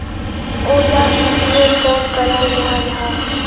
औजार उपयोग कब कराल जाहा जाहा?